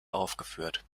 aufgeführt